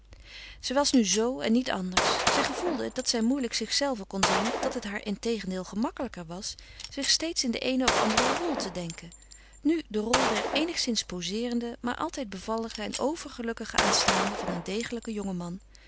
zij was nu zoo en niet anders zij gevoelde het dat zij moeilijk zichzelve kon zijn dat het haar integendeel gemakkelijker was zich steeds in de eene of andere rol te denken nu de rol der eenigszins pozeerende maar altijd bevallige en overgelukkige aanstaande van een degelijken jongen man